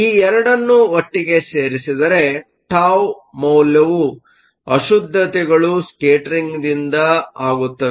ಈ 2 ಅನ್ನು ಒಟ್ಟಿಗೆ ಸೇರಿಸಿದರೆಟೌ ಮೌಲ್ಯವು ಅಶುದ್ಧತೆಗಳು ಸ್ಕೇಟರಿಂಗ್ ದಿಂದ ಆಗುತ್ತದೆ